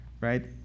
Right